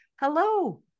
hello